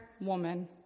woman